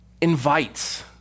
invites